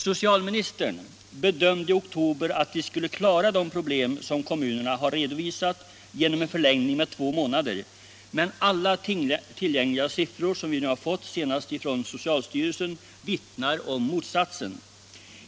Socialministern bedömde i oktober att de problem som kommunerna redovisat skulle kunna klaras genom en förlängning med två månader, men alla tillgängliga siffror — de senaste kommer från socialstyrelsen - vittnar nu om motsatsen.